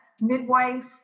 midwife